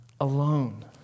alone